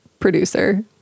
Producer